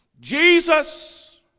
Jesus